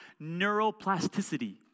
neuroplasticity